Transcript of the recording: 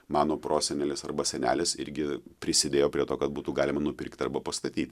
mano prosenelis arba senelis irgi prisidėjo prie to kad būtų galima nupirkti arba pastatyt